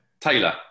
Taylor